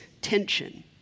tension